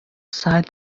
sight